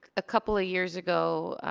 a couple of years ago,